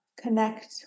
connect